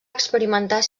experimentar